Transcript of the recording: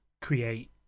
create